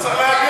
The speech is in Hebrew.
לא צריך להגן,